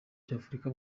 cy’afurika